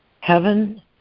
Heaven